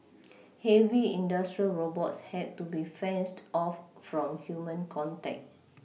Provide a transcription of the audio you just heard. heavy industrial robots had to be fenced off from human contact